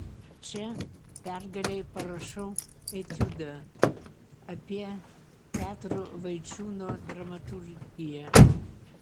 čia pergalei parašau etiudą apie petro vaičiūno dramaturgiją